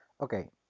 Okay